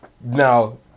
now